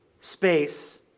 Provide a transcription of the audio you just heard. space